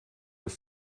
your